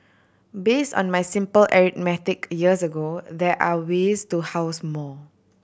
based on my simple arithmetic years ago there are ways to house more